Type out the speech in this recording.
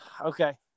Okay